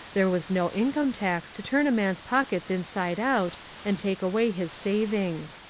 there was no income tax to turn a man's pockets inside out and take away his savings.